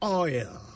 oil